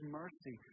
mercy